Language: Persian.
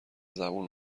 زبون